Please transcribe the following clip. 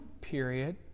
period